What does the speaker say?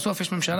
בסוף יש ממשלה,